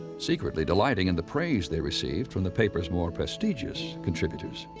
secretly delighting in the praise they received from the paper's more prestigious contributors.